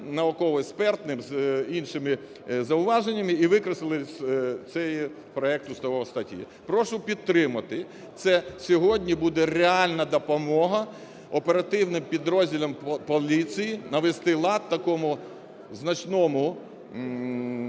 науково-експертним, з іншими зауваженнями і викреслили з цього проекту ці статті. Прошу підтримати. Це сьогодні буде реальна допомога оперативним підрозділам поліції навести лад в такому значному сегменті